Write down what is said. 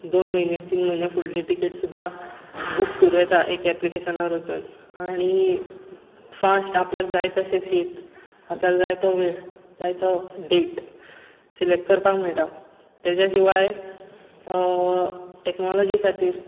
दोन म्हयने तीन म्हयने फुडली टिकेट सुद्दा बूक करूं येता एक एप्लिकेशनार वचून आनी फाश्ट आपल्याक जाय तशें सीट आपल्याक जाय तो वेळ जाय तो डेट सिलॅक्ट करपाक मेळटा ताज्या शिवाय टॅक्नॉलॉजी खातीर